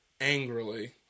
angrily